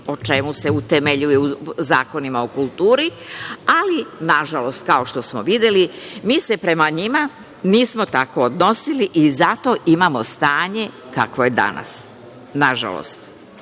i sa prethodnim zakonima o kulturi, ali, nažalost, kao što smo videli, mi se prema njima nismo tako odnosili i zato imamo stanje kakvo je danas, nažalost. Zato